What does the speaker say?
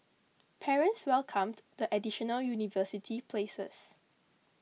parents welcomed the additional university places